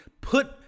put